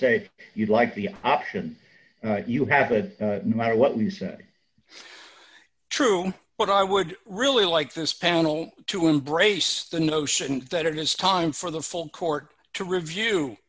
say you'd like the option you have it no matter what we say true but i would really like this panel to embrace the notion that it is time for the full court to review